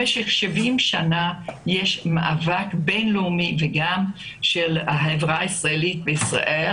במשך 70 שנים יש מאבק בינלאומי וגם פנימי בישראל